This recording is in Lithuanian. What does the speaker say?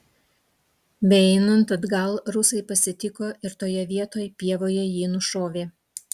beeinant atgal rusai pasitiko ir toje vietoj pievoje jį nušovė